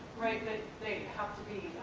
right, that they have to be